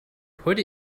put